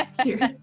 Cheers